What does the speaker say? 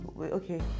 okay